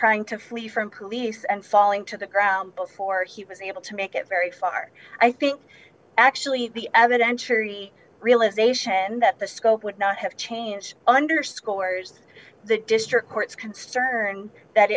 trying to flee from police and falling to the ground before he was able to make it very far i think actually the added ensure he realization that the scope would not have changed underscores the district court's concern that